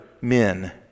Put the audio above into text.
men